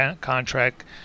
contract